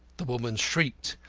the woman shrieked.